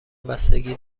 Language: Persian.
بستگی